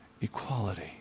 equality